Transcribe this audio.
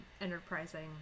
enterprising